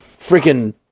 freaking